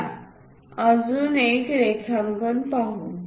चला अजून एक रेखांकन पाहू